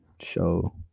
show